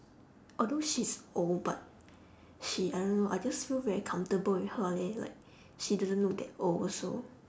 although she's old but she I don't know I just feel very comfortable with her leh like she doesn't look that old also